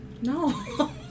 No